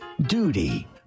duty